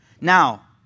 Now